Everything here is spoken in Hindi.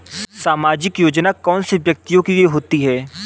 सामाजिक योजना कौन से व्यक्तियों के लिए होती है?